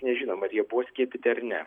nežinom ar jie buvo skiepyti ar ne